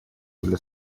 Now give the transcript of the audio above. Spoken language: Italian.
delle